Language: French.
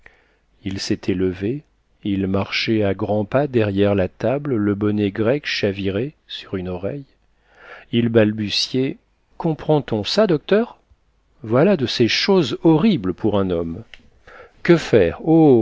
il s'était levé il marchait à grands pas derrière la table le bonnet grec chaviré sur une oreille il balbutiait comprend on ça docteur voilà de ces choses horribles pour un homme que faire